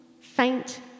faint